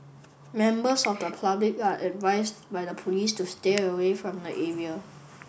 members of the public are advised by the police to stay away from the area